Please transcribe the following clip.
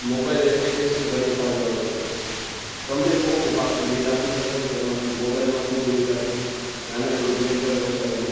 mobile application ઘણી સારી available છે તમે કોઈકને પાક્કું બિલ આપી શકો છો એમાંથી મોબાઈલમાંથી બિલ કાઢીને નાનકડું પ્રિંટર વસાવીને